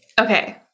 Okay